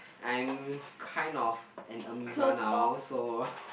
I'm kind of an amoeba now so